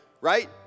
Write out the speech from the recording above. Right